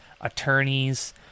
attorneys